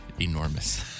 enormous